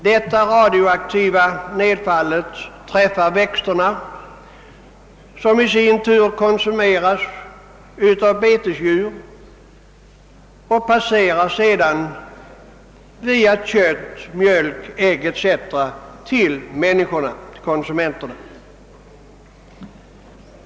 Detta radioaktiva nedfall träffar växterna, som i sin tur konsumeras av betesdjur, och passerar sedan via kött, mjölk, ägg etc. till människorna-konsumenterna.